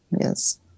Yes